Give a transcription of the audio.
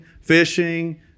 fishing